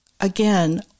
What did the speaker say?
again